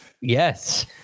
Yes